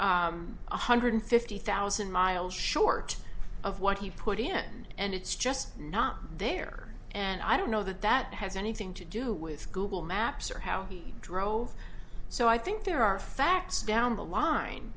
one hundred fifty thousand miles short of what he put in and it's just not there and i don't know that that has anything to do with google maps or how he drove so i think there are facts down the line